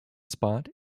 spot